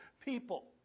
people